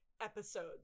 episodes